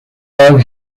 pub